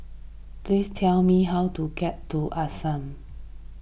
please tell me how to get to the Ashram